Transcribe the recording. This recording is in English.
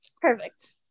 perfect